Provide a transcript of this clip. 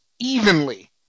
evenly